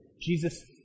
Jesus